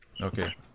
Okay